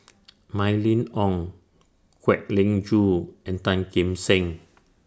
Mylene Ong Kwek Leng Joo and Tan Kim Seng